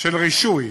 של רישוי,